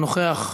אינו נוכח,